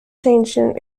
changing